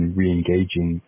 re-engaging